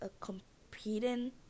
competing